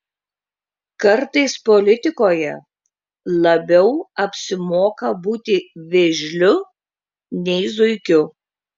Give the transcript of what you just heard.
kartais politikoje labiau apsimoka būti vėžliu nei zuikiu